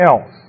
else